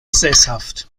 sesshaft